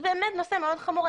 באמת נושא מאוד חמור,